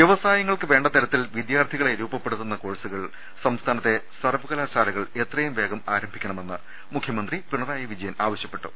വ്യവസായങ്ങൾക്ക് വേണ്ട തർത്തിൽ വിദ്യാർത്ഥികളെ രൂപപ്പെ ടുത്തുന്ന കോഴ്സുകൾ സംസ്ഥാനത്തെ സർവ്വകലാശാലകൾ എത്രയും വേഗം ആരംഭിക്കണമെന്ന് മുഖ്യമന്ത്രി പിണറായി വിജ യൻ ആവശ്യപ്പെട്ടു